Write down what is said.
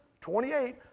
28